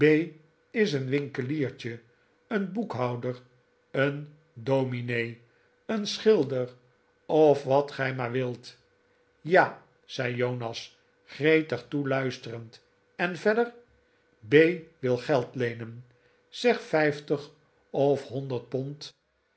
is een winkeliertje een boekhouder een domine een schilder of wat gij maar wilt ja zei jonas gretig toeluisterend en verder b wil geld leenen zeg vijftig of honderd pond